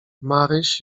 maryś